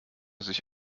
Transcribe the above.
sich